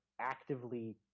actively